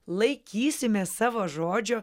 laikysimės savo žodžio